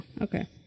okay